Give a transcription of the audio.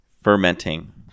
fermenting